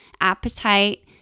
appetite